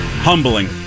Humbling